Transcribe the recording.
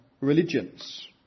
religions